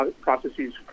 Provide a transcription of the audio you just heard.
processes